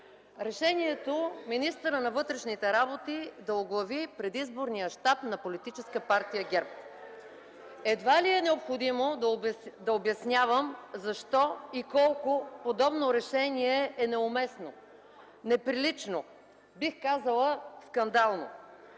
решението министърът на вътрешните работи да оглави предизборния щаб на Политическа партия ГЕРБ. Едва ли е необходимо да обяснявам защо и колко подобно решение е неуместно, неприлично, бих казала скандално.